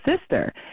sister